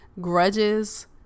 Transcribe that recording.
Grudges